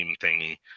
thingy